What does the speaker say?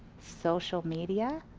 social media,